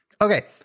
okay